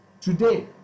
today